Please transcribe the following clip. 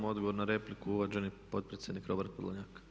Odgovor na repliku uvaženi potpredsjednik Robert Podolnjak.